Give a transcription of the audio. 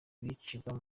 bicirwa